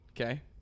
Okay